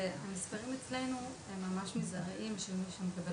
והמספרים אצלנו הם ממש מזעריים של מי שמקבל